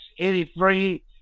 83